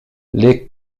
les